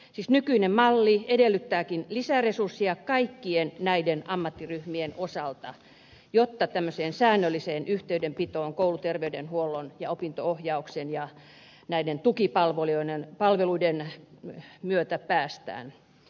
siis nykyinen malli edellyttääkin lisäresursseja kaikkien näiden ammattiryhmien osalta jotta tämmöiseen säännölliseen yhteydenpitoon kouluterveydenhuollon ja opinto ohjauksen ja näiden tukipalveluiden myötä päästään